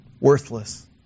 worthless